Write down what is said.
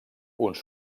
uns